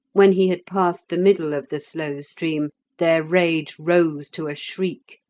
when he had passed the middle of the slow stream their rage rose to a shriek,